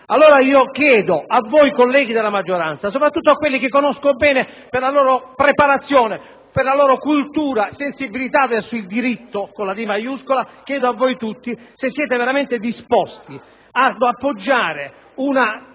allora a voi, colleghi della maggioranza, soprattutto a quelli che conosco bene per la loro preparazione, per la loro cultura e sensibilità verso il diritto con la maiuscola, se siete veramente disposti ad appoggiare una